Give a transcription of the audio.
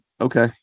okay